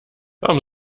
warum